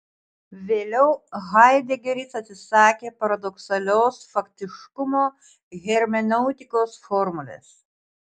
vėliau haidegeris atsisakė paradoksalios faktiškumo hermeneutikos formulės